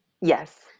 Yes